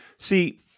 See